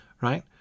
right